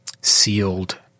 sealed